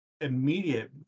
Immediate